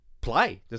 play